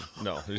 No